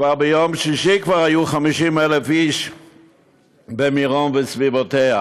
כבר ביום שישי היו 50,000 איש במירון וסביבותיה,